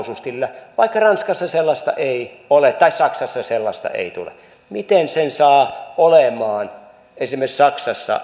osuustilillä vaikka ranskassa sellaista ei ole tai jos saksassa sellaista ei tule miten sen henkilökohtaisen arvo osuustilin saa olemaan esimerkiksi saksassa